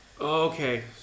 Okay